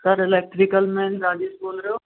sir electrical man Rajesh बोल रहे हो